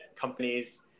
companies